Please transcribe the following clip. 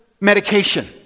medication